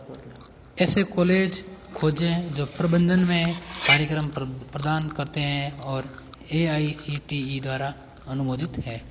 ऐसे कॉलेज खोजें जो प्रबन्धन में कार्यक्रम प्रदान करते हैं और A I C T E द्वारा अनुमोदित हैं